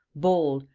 bold,